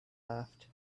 laughed